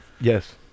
Yes